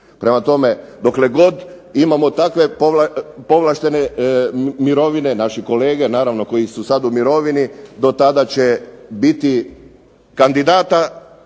Prema tome, dokle god imamo takve povlaštene mirovine, naši kolege naravno koji su sad u mirovini do tada će biti kandidata